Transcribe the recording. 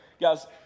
guys